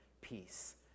peace